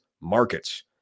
Markets